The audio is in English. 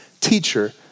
Teacher